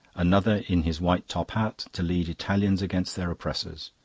another, in his white top hat, to lead italians against their oppressors.